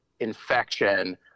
infection